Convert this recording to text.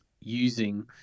using